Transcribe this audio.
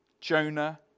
Jonah